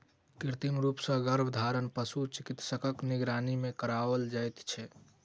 कृत्रिम रूप सॅ गर्भाधान पशु चिकित्सकक निगरानी मे कराओल जाइत छै